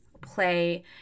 play